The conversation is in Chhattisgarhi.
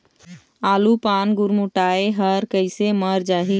आलू पान गुरमुटाए हर कइसे मर जाही?